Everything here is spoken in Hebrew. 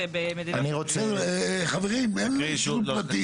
סוג שני שפחד ממשהו פלילי,